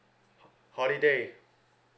holiday